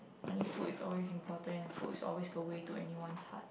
I mean food is always important and food is always the way to anyone's heart